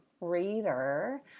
reader